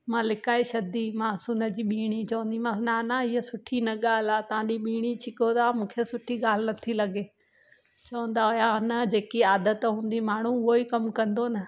मां लिकाइ छॾिंदीमासि हुनजी बीड़ी चवंदीमासि नाना हीअ सुठी न ॻाल्हि आहे तव्हां बि बीड़ी छिको था मूंखे सुठी ॻाल्हि नथी लॻे चवंदा हुया न जेकी आदत हूंदी माण्हू उहोई कमु कंदो न